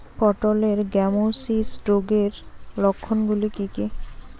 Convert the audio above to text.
পটলের গ্যামোসিস রোগের লক্ষণগুলি কী কী?